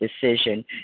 decision